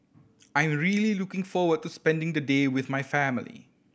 I'm really looking forward to spending the day with my family